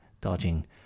dodging